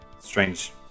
strange